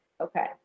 Okay